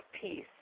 peace